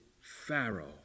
Pharaoh